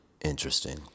interesting